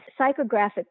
psychographic